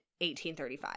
1835